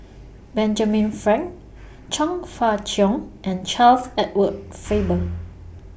Benjamin Frank Chong Fah Cheong and Charles Edward Faber